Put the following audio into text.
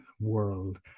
world